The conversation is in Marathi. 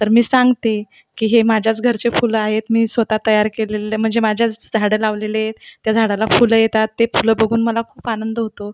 तर मी सांगते की हे माझ्याच घरचे फुलं आहेत मी स्वतः तयार केलेले म्हणजे माझ्याच झाडं लावलेले त्या झाडाला फुलं येतात ते फूलं बघून मला खूप आनंद होतो